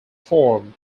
form